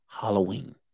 Halloween